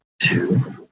Two